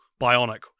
bionic